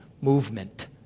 movement